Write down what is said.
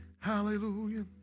Hallelujah